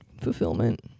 Fulfillment